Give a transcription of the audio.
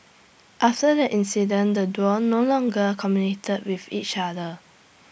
after the incident the duo no longer communicated with each other